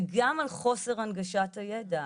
על חוסר הנגשת הידע,